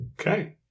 Okay